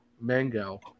mango